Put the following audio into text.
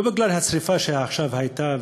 לא בגלל השרפה שעכשיו הייתה,